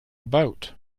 about